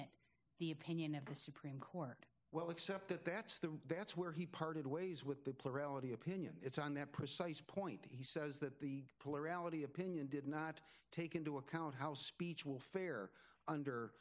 it the opinion of the supreme court well except that that's the that's where he parted ways with the plurality opinion it's on that precise point he says that the political opinion did not take into account how speech will fare under